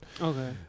Okay